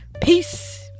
Peace